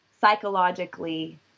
psychologically